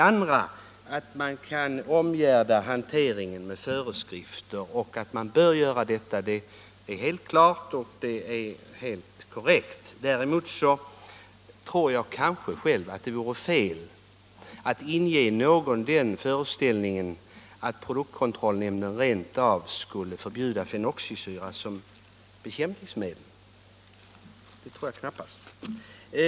Att man kan omgärda hanteringen med föreskrifter och att man bör göra detta är helt klart och helt korrekt. Däremot skulle det nog vara fel att inge någon den föreställningen att produktkontrollnämnden rent av skulle förbjuda fenoxisyror som bekämpningsmedel. Det tror jag knappast att nämnden skulle göra.